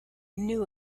knew